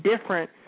different